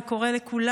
זה קורה לכולן,